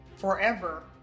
forever